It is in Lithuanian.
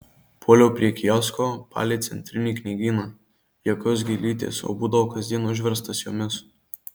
puoliau prie kiosko palei centrinį knygyną jokios gėlytės o būdavo kasdien užverstas jomis